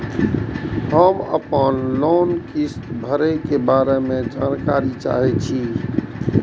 हम आपन लोन किस्त भरै के बारे में जानकारी चाहै छी?